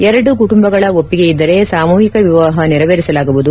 ಎರಡು ಕುಟುಂಬಗಳ ಒಪ್ಪಿಗೆ ಇದ್ದರೆ ಸಾಮೂಹಿಕ ವಿವಾಹ ನೆರೆವೇರಿಸಲಾಗುವುದು